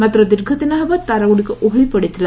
ମାତ୍ର ଦୀର୍ଘଦିନ ହେବ ତାର ଗ୍ରଡିକ ଓହଳି ପଡିଥିଲା